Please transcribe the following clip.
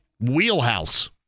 Wheelhouse